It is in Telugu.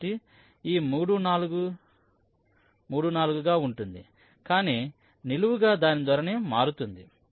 కాబట్టి ఈ 3 4 3 4 గా ఉంటుంది కానీ నిలువుగా దాని ధోరణి మారుతుంది